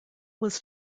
was